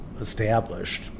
established